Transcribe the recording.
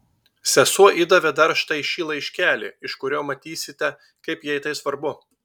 sesuo įdavė dar štai šį laiškelį iš kurio matysite kaip jai tai svarbu